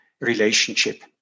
relationship